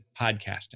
podcasting